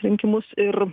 rinkimus ir